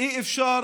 אי-אפשר